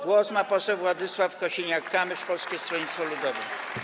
Głos ma poseł Władysław Kosiniak-Kamysz, Polskie Stronnictwo Ludowe.